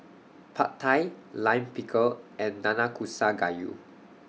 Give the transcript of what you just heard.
Pad Thai Lime Pickle and Nanakusa Gayu